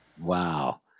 wow